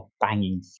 banging